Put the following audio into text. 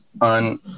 on